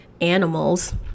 animals